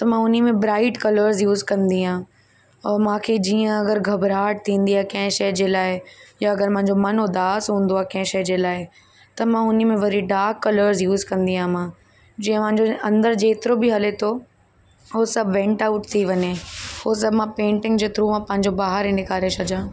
त मां हुन में ब्राइट कलर्स यूस कंदी आहियां ऐं मांखे जीअं अगरि घबराहट थींदी आहे कंहिं शइ जे लाइ या अगरि मांजो मनु उदास हूंदो आहे कंहिं शइ जे लाइ त मां हुन में वरी डाक कलर्स यूस कंदी आहियां मां जीअं मांजो अंदरु जेतिरो बि हले थो उहो सभु वेन्ट आउट थी वञे उहो सभु मां पैंटिंग जे थ्रू मां पंहिंजो बाहिरि निकारे छॾियां